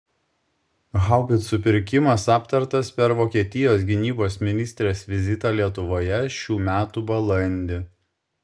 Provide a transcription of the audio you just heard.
haubicų pirkimas aptartas per vokietijos gynybos ministrės vizitą lietuvoje šių metų balandį